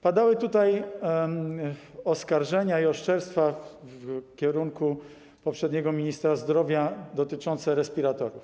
Padały tutaj oskarżenia i oszczerstwa w kierunku poprzedniego ministra zdrowia dotyczące respiratorów.